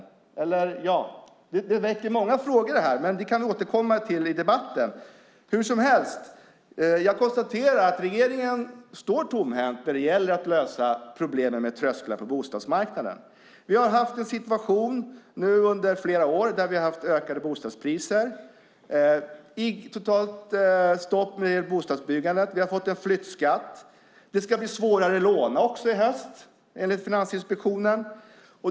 Detta väcker många frågor, men kan vi återkomma till det i debatten. Hur som helst konstaterar jag att regeringen står tomhänt när det gäller att lösa problemen med trösklar på bostadsmarknaden. Vi har haft en situation under flera år där vi har haft ökade bostadspriser och ett totalt stopp i bostadsbyggandet. Vi har fått en flyttskatt. Det ska också bli svårare att låna i höst, enligt Finansinspektionen.